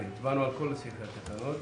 הצבענו על כל הסעיפים בתקנות